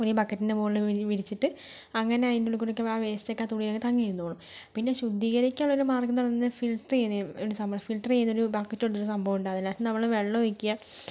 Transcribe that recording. ഒരു ബക്കറ്റിൻ്റെ മുകളില് വിരി വിരിച്ചിട്ട് അങ്ങനെ അതിൻ്റെ ഉള്ളിൽ കൂടെ ഉള്ളിൽ കൂടീട്ടുള്ള വേസ്റ്റക്കെ ആ തുണിയേല് തങ്ങി നിന്നോളും പിന്നെ ശുദ്ധീകരിക്കാനൊള്ളൊരു മാർഗ്ഗം എന്ന് പറഞ്ഞാൽ ഫിൽറ്ററു ചെയ്താൽ സമ്മർ ഫിൽറ്ററ് ചെയ്തൊരു ബക്കറ്റ് പോലത്തെ സംഭവം ഉണ്ട് അതിനാത്ത് നമ്മള് വെള്ളമൊഴിക്കുക